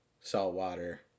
saltwater